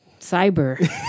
Cyber